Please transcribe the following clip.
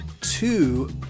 two